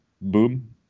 boom